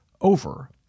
over